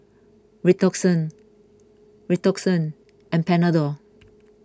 Redoxon Redoxon and Panadol